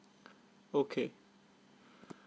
okay